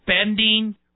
spending